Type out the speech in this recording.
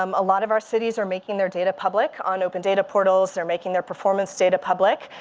um a lot of our cities are making their data public on open data portals. they're making their performance data public.